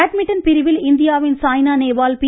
badminton பிரிவில் இந்தியாவின் Saina Nehwal B